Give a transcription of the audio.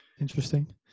Interesting